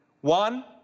One